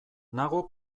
nago